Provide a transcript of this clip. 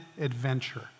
adventure